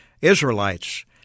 Israelites